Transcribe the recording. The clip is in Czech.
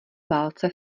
válce